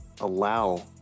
allow